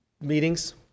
meetings